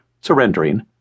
surrendering